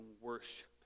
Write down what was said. worship